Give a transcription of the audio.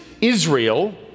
Israel